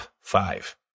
five